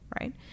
right